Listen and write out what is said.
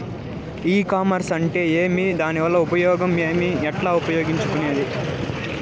ఈ కామర్స్ అంటే ఏమి దానివల్ల ఉపయోగం ఏమి, ఎట్లా ఉపయోగించుకునేది?